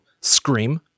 scream